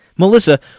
Melissa